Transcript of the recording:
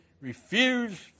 refuse